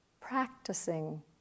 practicing